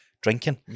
drinking